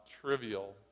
trivial